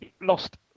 lost